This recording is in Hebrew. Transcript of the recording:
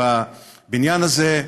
בבניין הזה,